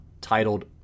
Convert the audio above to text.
titled